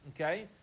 Okay